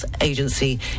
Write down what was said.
Agency